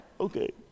Okay